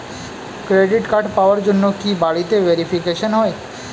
Credit card পাওয়ার জন্য কি বাড়িতে ভেরিফিকেশন হয়?